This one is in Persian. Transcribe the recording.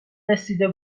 رسیده